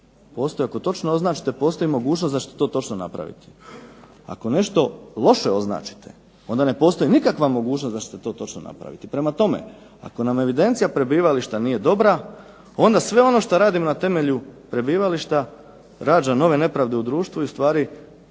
postoji, ako točno označite postoji mogućnost da ćete to točno napraviti. Ako nešto loše označite, onda ne postoji nikakva mogućnost da ćete to točno napraviti. Prema tome, ako nam evidencija prebivališta nije dobra, onda sve ono što radimo na temelju prebivališta rađa nove nepravde u društvu i ustvari prokazuje